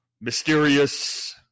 mysterious